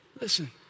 Listen